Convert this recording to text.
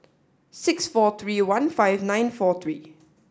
six four three one five nine four three